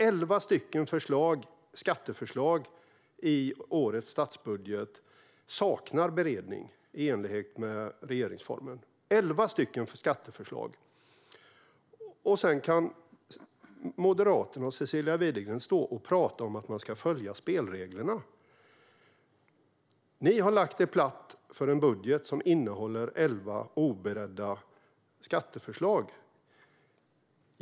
Elva skatteförslag i årets statsbudget saknar beredning i enlighet med regeringsformen, och sedan kan Moderaterna och Cecilia Widegren stå och prata om att man ska följa spelreglerna. Ni har lagt er platt för en budget som innehåller elva oberedda skatteförslag.